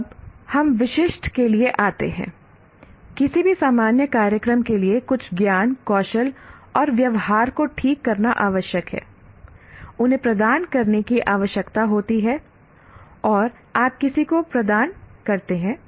अब हम विशिष्ट के लिए आते हैं किसी भी सामान्य कार्यक्रम के लिए कुछ ज्ञान कौशल और व्यवहार को ठीक करना आवश्यक हैI उन्हें प्रदान करने की आवश्यकता होती है और आप किसको प्रदान करते हैं